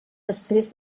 després